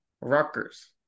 Rutgers